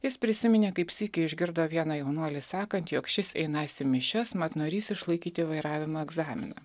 jis prisiminė kaip sykį išgirdo vieną jaunuolį sakant jog šis einantis į mišias mat norintis išlaikyti vairavimo egzaminą